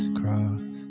cross